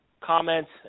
comments